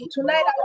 Tonight